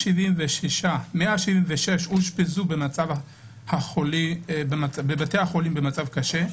176 אושפזו בבתי החולים במצב קשה,